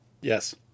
Yes